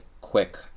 quick